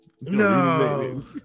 No